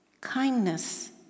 kindness